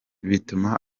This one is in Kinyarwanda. bituma